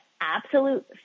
absolute